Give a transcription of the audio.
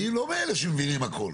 אני לא מאלה שמבינים הכול.